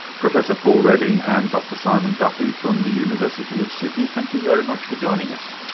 professor paul redding, and dr simon duffy from the university of sydney, thank you very much for joining us.